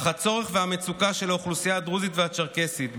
אך הצורך והמצוקה של האוכלוסייה הדרוזית והצ'רקסית,